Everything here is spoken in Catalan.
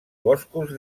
boscos